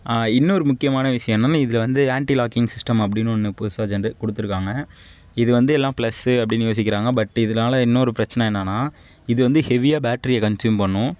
இன்னொரு முக்கியமான விஷயம் என்னெனா இதில் வந்து ஆண்ட்டி லாக்கிங் சிஸ்டெம் அப்படின்னு ஒன்று புதுசாக வந்து கொடுத்துருக்காங்க இது வந்து எல்லாம் பிளஸ்சு அப்படின்னு யோசிக்கிறாங்க பட் இதனால இன்னொரு பிரச்சின என்னெனா இது வந்து ஹெவியாக பேட்ரியை கன்சூம் பண்ணும்